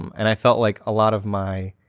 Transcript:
um and i felt like a lot of my,